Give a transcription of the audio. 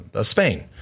Spain